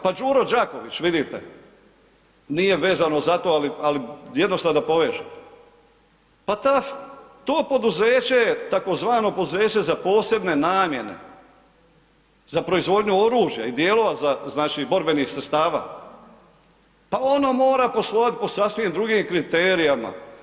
Pa Đuro Đaković, vidite, nije vezano za to, ali jednostavno da povežem, pa to poduzeće, tzv. poduzeće za posebne namjene, za proizvodnju oružja i dijelova znači borbenih sredstava pa ono mora poslovati po sasvim drugim kriterijima.